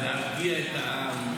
להרגיע את העם,